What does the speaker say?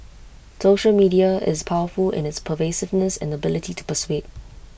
social media is powerful in its pervasiveness and ability to persuade